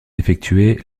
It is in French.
effectués